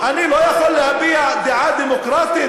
אני לא יכול להביע דעה דמוקרטית?